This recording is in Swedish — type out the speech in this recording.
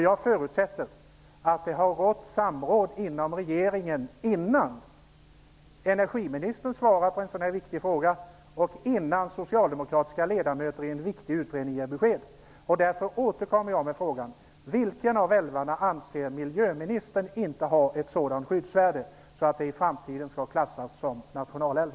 Jag förutsätter att samråd har skett inom regeringen innan energiministern svarar på en sådan här viktig fråga, och innan socialdemokratiska ledamöter ger besked i en viktig utredning. Därför återkommer jag med frågan. Vilken av älvarna anser miljöministern inte har ett sådant skyddsvärde att den i framtiden kan klassas som nationalälv?